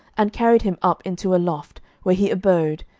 and carried him up into a loft, where he abode,